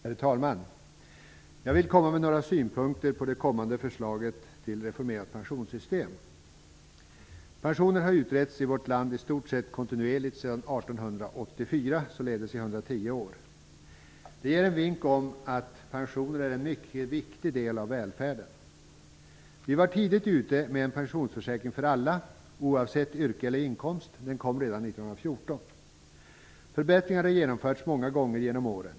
Herr talman! Jag vill komma med några synpunkter på det kommande förslaget till ett reformerat pensionssystem. Pensioner har utretts i vårt land i stort sett kontinuerligt sedan 1884, således i 110 år. Det ger en vink om att pensioner är en mycket viktig del av välfärden. Vi var tidigt ute med en pensionsförsäkring för alla, oavsett yrke eller inkomst. Den kom redan 1914. Förbättringar har genomförts många gånger genom åren.